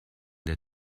der